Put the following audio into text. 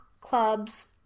clubs